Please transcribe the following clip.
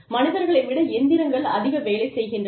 மனிதர்களை விட எந்திரங்கள் அதிக வேலை செய்கின்றன